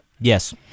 Yes